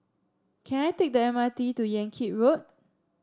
can I take the M R T to Yan Kit Road